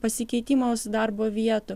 pasikeitimus darbo vietų